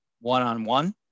one-on-one